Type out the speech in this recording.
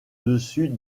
dessus